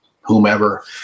whomever